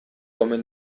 omen